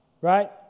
Right